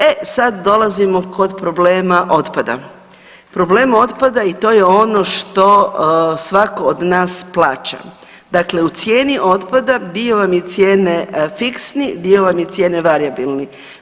E sad dolazimo kod problema otpada, problem otpada i to je ono što svako od nas plaća, dakle u cijeni otpada dio vam je cijene fiksni, dio vam je cijene varijabilni.